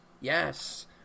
Yes